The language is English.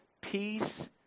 peace